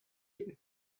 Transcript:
بدیم